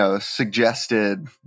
suggested